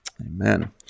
Amen